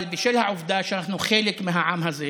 אבל בשל העובדה שאנחנו חלק מהעם הזה,